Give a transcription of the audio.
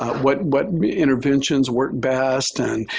what what interventions work best and,